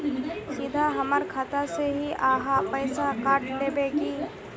सीधा हमर खाता से ही आहाँ पैसा काट लेबे की?